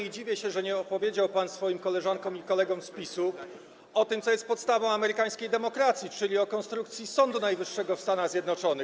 i dziwię się, że nie opowiedział pan swoim koleżankom i kolegom z PiS-u o tym, co jest podstawą amerykańskiej demokracji, czyli o konstrukcji Sądu Najwyższego w Stanach Zjednoczonych.